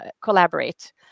collaborate